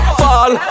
fall